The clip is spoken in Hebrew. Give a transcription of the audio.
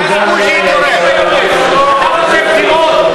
אתה רוצה בחירות?